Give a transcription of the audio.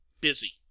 busy